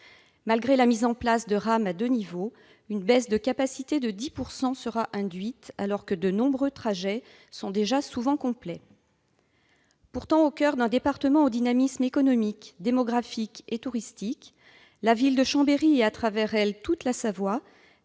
Malgré la mise en place de rames à deux niveaux, cette suppression réduira la capacité de 10 %, alors que de nombreux trajets sont déjà souvent complets. Située au coeur d'un département au dynamisme économique, démographique et touristique, la ville de Chambéry- et, à travers elle, toute la Savoie